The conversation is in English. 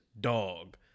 dog